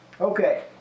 Okay